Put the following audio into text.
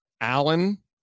Allen